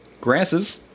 grasses